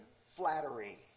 flattery